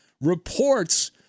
reports